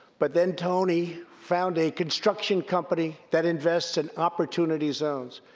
but then tony found a construction company that invests in opportunity zones.